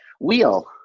Wheel